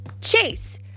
Chase